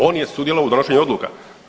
On je sudjelovao u donošenju odluka.